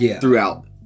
throughout